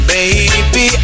Baby